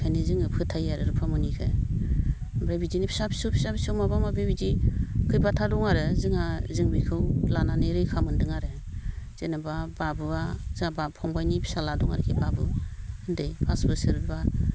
बेनिखायनो जोङो फोथायो आरो रुफामनिखौ ओमफ्राय बिदिनो फिसा फिसौ फिसा फिसौ माबा माबि बिदि खैबाथा दं आरो जोंहा जों बेखौ लानानै रैखा मोन्दों आरो जेनेबा बाबुआ जोंहा फंबायनि फिसाज्ला दं आरोखि बाबु उन्दै पास बोसोर बा